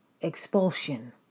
Expulsion